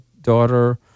daughter